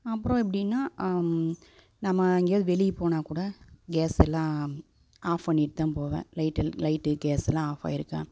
அப்புறம் எப்படின்னால் நம்ம எங்கேயாவது வெளியே போனால் கூட கேஸ் எல்லாம் ஆஃப் பண்ணிகிட்டுதான் போவேன் லைட் லைட்டு கேஸ் எல்லாம் ஆஃப் ஆகியிருக்கா